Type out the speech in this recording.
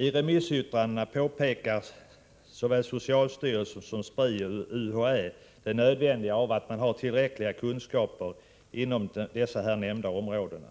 I remissyttrandena påpekar såväl socialstyrelsen som Spri och UHÄ nödvändigheten av att man har tillräckliga kunskaper inom de nämnda områdena.